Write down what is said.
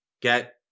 Get